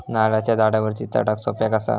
नारळाच्या झाडावरती चडाक सोप्या कसा?